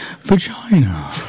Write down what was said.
vagina